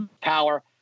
power